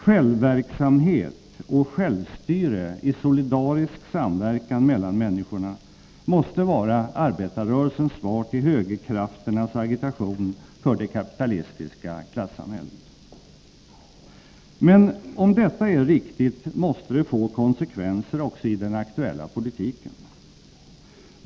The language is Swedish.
Självverksamhet och självstyre i solidarisk samverkan mellan människorna måste vara arbetarrörelsens svar till högerkrafternas agitation för det kapitalistiska klassamhället. Men om detta är riktigt, måste det få konsekvenser också i den aktuella politiken.